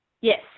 Yes